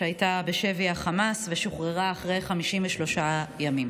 שהייתה בשבי החמאס ושוחררה אחרי 53 ימים: